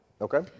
Okay